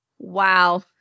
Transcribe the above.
Wow